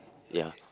ya